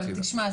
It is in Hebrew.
אבל תשמע,